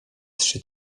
trzy